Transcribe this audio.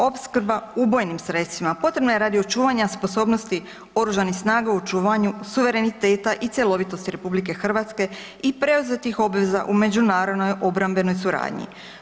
Opskrba ubojnim sredstvima potrebna je radi očuvanja sposobnosti oružanih snaga u očuvanju suvereniteta i cjelovitosti RH i preuzetih obveza u međunarodnoj obrambenoj suradnji.